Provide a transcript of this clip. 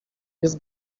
jest